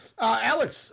Alex